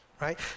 right